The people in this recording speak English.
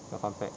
lapan pack